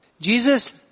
Jesus